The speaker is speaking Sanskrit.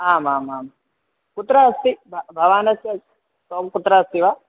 आमामां कुत्र अस्ति भो भवनस्य त्वं कुत्र अस्ति वा